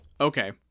Okay